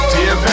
Dear